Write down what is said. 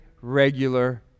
regular